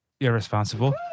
irresponsible